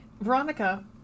Veronica